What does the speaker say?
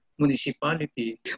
municipality